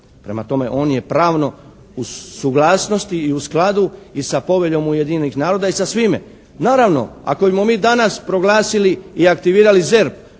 Prema tome, on je pravno u suglasnosti i u skladu i sa Poveljom Ujedinjenih Naroda i sa svima. Naravno, ako bimo mi danas proglasili i aktivirali ZERP,